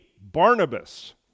Barnabas